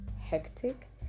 hectic